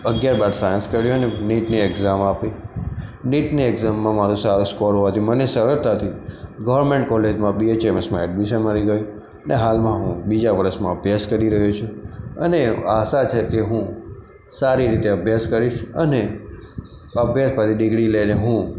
અગિયાર બાર સાયન્સ કર્યા અને નીટની એક્ઝામ આપી નીટની એક્ઝામમાં મારો સારો સ્કોર મળ્યો મને સરળતાથી ગવર્મેન્ટ કોલેજમાં બી એચ એસમાં એડમિશન મળી ગયું ને હાલમાં હું બીજા વર્ષમાં અભ્યાસ કરી રહ્યો છું અને આશા છે કે હું સારી રીતે અભ્યાસ કરીશ અને અભ્યાસ પછી ડીગ્રી લઈને હું